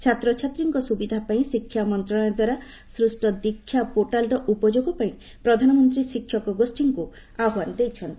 ଛାତ୍ରଛାତ୍ରୀଙ୍କ ସୁବିଧା ପାଇଁ ଶିକ୍ଷା ମନ୍ତ୍ରଣାଳୟ ଦ୍ୱାରା ସୃଷ୍ଟ ଦୀକ୍ଷା ପୋର୍ଟାଲର ଉପଯୋଗ ପାଇଁ ପ୍ରଧାନମନ୍ତ୍ରୀ ଶିକ୍ଷକ ଗୋଷ୍ଠୀଙ୍କୁ ଆହ୍ୱାନ ଦେଇଛନ୍ତି